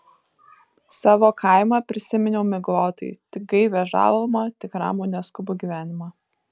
savo kaimą prisiminiau miglotai tik gaivią žalumą tik ramų neskubų gyvenimą